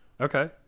Okay